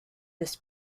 this